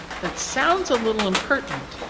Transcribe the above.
that sounds a little impertinent,